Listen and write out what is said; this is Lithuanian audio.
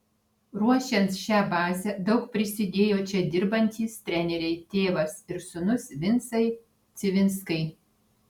ruošiant šią bazę daug prisidėjo čia dirbantys treneriai tėvas ir sūnus vincai civinskai